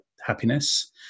happiness